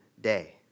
day